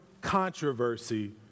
controversy